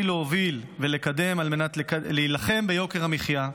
להוביל ולקדם על מנת להילחם ביוקר המחיה,